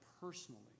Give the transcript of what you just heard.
personally